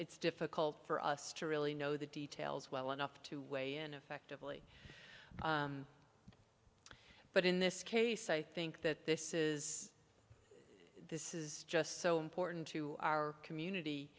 it's difficult for us to really know the details well enough to weigh in effectively but in this case i think that this is this is just so important to our